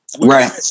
Right